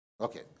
Okay